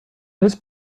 this